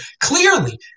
clearly